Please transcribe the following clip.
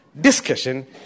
discussion